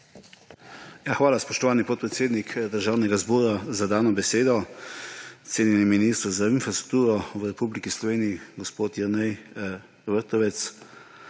Hvala, spoštovani podpredsednik Državnega zbora, za dano besedo. Cenjeni minister za infrastrukturo v Republiki Sloveniji gospod Jernej Vrtovec!